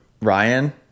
Ryan